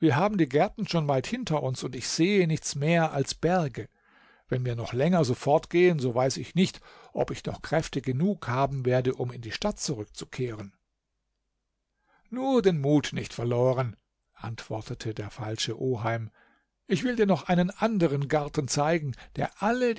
haben die gärten schon weit hinter uns und ich sehe nichts mehr als berge wenn wir noch länger so fortgehen so weiß ich nicht ob ich noch kräfte genug haben werde um in die stadt zurückzukehren nur den mut nicht verloren antwortete der falsche oheim ich will dir noch einen anderen garten zeigen der alle